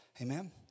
Amen